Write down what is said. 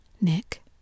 Nick